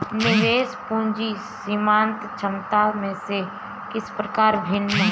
निवेश पूंजी सीमांत क्षमता से किस प्रकार भिन्न है?